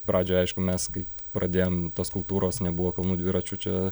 pradžioj aišku mes kai pradėjom tos kultūros nebuvo kalnų dviračių čia